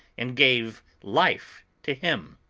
and gave life to him.